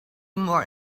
more